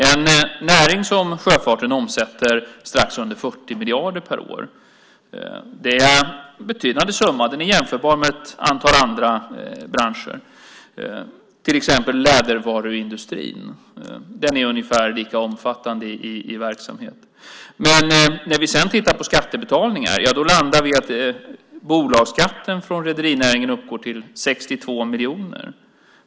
En näring som sjöfarten omsätter strax under 40 miljarder per år. Det är en betydande summa. Den är jämförbar med ett antal andra branscher, till exempel lädervaruindustrin. Den är ungefär lika omfattande i verksamhet. Men när vi sedan tittar på skattebetalningar landar vi i att bolagsskatten från rederinäringen uppgår till 62 miljoner.